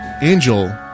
Angel